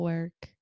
Work